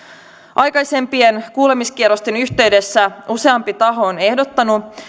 aikaisempien kuulemiskierrosten yhteydessä useampi taho on ehdottanut